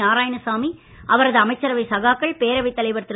நாராயணசாமி அவரது அமைச்சரவை சகாக்கள் பேரவைத் தலைவர் திரு